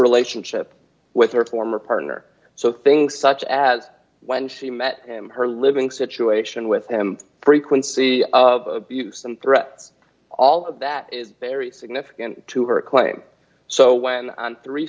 relationship with her former partner so things such as when she met him her living situation with him frequency of abuse and threats all of that is very significant to her claim so when on three